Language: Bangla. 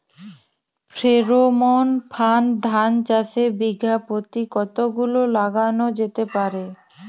ফ্রেরোমন ফাঁদ ধান চাষে বিঘা পতি কতগুলো লাগানো যেতে পারে?